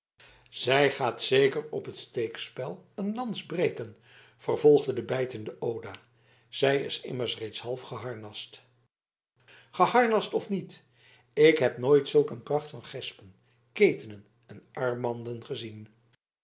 zij gaat zeker op het steekspel een lans breken vervolgde de bijtende oda zij is immers reeds half geharnast geharnast of niet ik heb nooit zulk een pracht van gespen en ketenen en armbanden gezien